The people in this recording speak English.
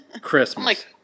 Christmas